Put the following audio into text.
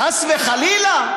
חס וחלילה.